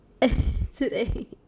today